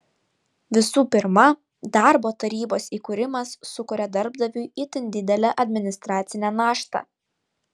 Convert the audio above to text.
visų pirma darbo tarybos įkūrimas sukuria darbdaviui itin didelę administracinę naštą